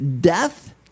death